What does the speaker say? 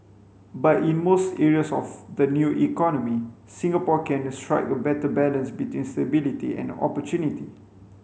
but in most areas of the new economy Singapore can strike a better balance between stability and opportunity